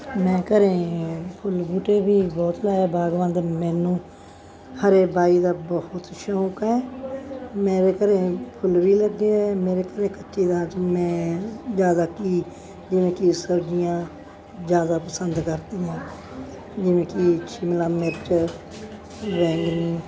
ਮੈਂ ਘਰ ਫੁੱਲ ਬੂਟੇ ਵੀ ਬਹੁਤ ਲਾਇਆ ਬਾਗਵਾਨ ਦਾ ਮੈਨੂੰ ਹਰੇ ਬਾਈ ਦਾ ਬਹੁਤ ਸ਼ੌਕ ਹੈ ਮੇਰੇ ਘਰ ਫੁੱਲ ਵੀ ਲੱਗੇ ਹੋਏ ਮੇਰੇ ਘਰ ਕੱਚੀ ਜਗ੍ਹਾ 'ਚ ਮੈਂ ਜ਼ਿਆਦਾ ਕਿ ਜਿਵੇਂ ਕਿ ਸਬਜ਼ੀਆਂ ਜ਼ਿਆਦਾ ਪਸੰਦ ਕਰਦੀ ਹਾਂ ਜਿਵੇਂ ਕਿ ਸ਼ਿਮਲਾ ਮਿਰਚ ਬੈਂਗਣੀ